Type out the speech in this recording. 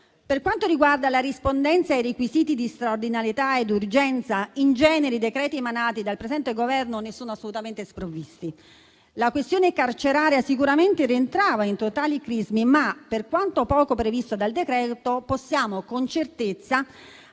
Per quanto riguarda la rispondenza ai requisiti di straordinarietà ed urgenza, in genere i decreti emanati dal presente Governo ne sono assolutamente sprovvisti. La questione carceraria sicuramente rientrava in tali crismi, ma per quanto poco previsto dal decreto possiamo con certezza